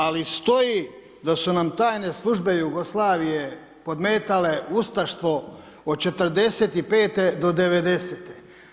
Ali stoji da su nam tajne službe Jugoslavije podmetale ustaštvo od '45. do '90.-te.